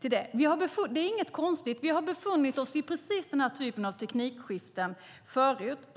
till det. Det är inget konstigt; vi har befunnit oss i precis den här typen av teknikskiften förut.